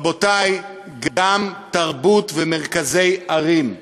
רבותי, גם תרבות ומרכזי ערים.